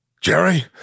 Jerry